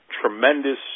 tremendous